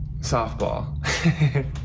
softball